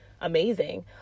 amazing